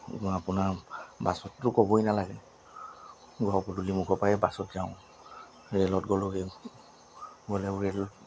কিন্তু আপোনাৰ বাছতটো ক'বই নালাগে ঘৰ পদূলি মুখৰপৰাই বাছত যাওঁ ৰে'লত গ'লেও সেই গ'লেও ৰে'ল